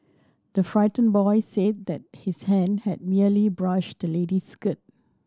the frightened boy said that his hand had merely brushed the lady's skirt